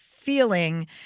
feeling